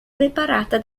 preparata